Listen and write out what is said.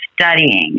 studying